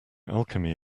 alchemy